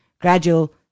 gradual